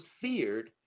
feared